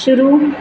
शुरू